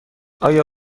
آیا